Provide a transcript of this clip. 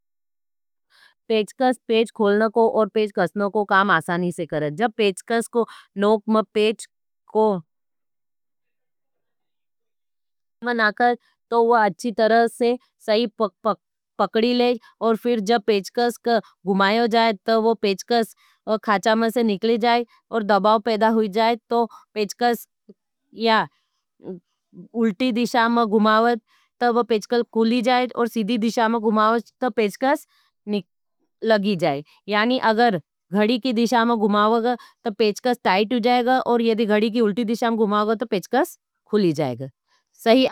पेजकस पेज खोलना को और पेज कसना को काम आसानी से करें। जब पेजकस को नोक में पेज को नाखाई, तो वो अच्छी तरह से सही पकड़ी लेग। अगर गडी की दिशाम में गुमावग, तो पेजकस ताइट होगा, और गडी की उल्टी दिशाम में गुमावग, तो पेजकस खुली जाएगा।